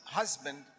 husband